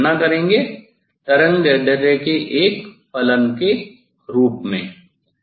औसत की गणना करेंगे तरंगदैर्ध्य के एक फलन के रूप में